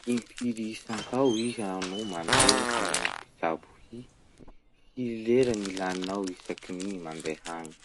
Impiry isantao iha no mandeha amy gny mpitsabo hy? Firy lera gny laninao isaky ny mandeha any?